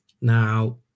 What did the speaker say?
Now